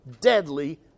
deadly